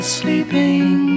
sleeping